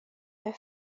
her